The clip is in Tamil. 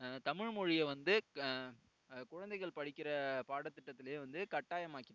தமிழ் மொழியை வந்து குழந்தைகள் படிக்கிற பாடத்திட்டத்திலே வந்து கட்டாயமாக்கிட்டாங்க